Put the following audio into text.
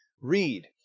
read